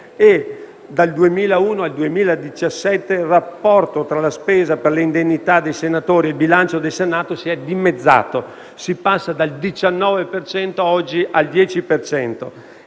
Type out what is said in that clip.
Dal 2001 al 2017 il rapporto tra la spesa per le indennità dei senatori e il bilancio del Senato si è dimezzato: si passa dal 19 per cento al 10